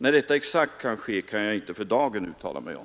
När detta exakt kan ske kan jag inte för dagen uttala mig om.